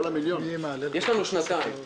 יש לנו שנתיים,